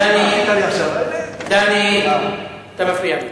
דני, אתה מפריע לי